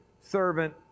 servant